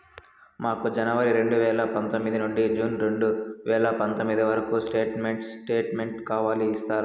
మాకు జనవరి రెండు వేల పందొమ్మిది నుండి జూన్ రెండు వేల పందొమ్మిది వరకు స్టేట్ స్టేట్మెంట్ కావాలి ఇస్తారా